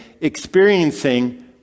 experiencing